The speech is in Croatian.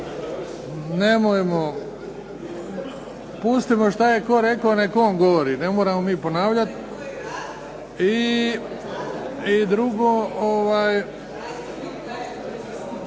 Nemojmo. Pustimo što je tko rekao neka on govori. Ne moramo mi ponavljati. I drugo.